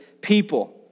people